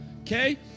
Okay